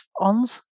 ONS